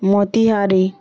متہاری